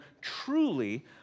Truly